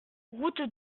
route